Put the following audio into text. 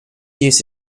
used